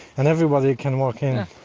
and everybody can walk in